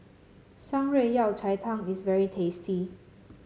Shan Rui Yao Cai Tang is very tasty